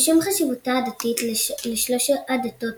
משום חשיבותה הדתית לשלוש הדתות